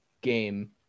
game